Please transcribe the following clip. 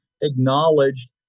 acknowledged